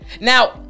Now